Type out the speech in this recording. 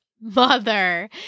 mother